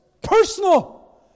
personal